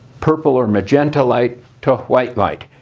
purple or magenta light to white light.